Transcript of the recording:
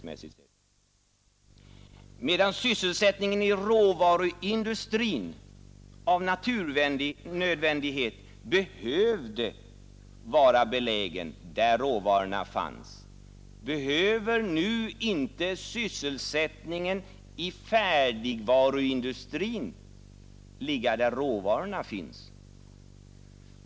Medan sysselsättningen i råvaruindustrin av naturnödvändighet behövde vara belägen där råvarorna fanns, behöver nu inte sysselsättningen i färdigvaruindustrin ligga där råvarorna finns.